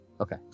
Okay